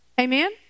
Amen